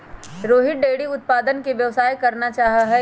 Rohit dairy उत्पादन के व्यवसाय करना चाहा हई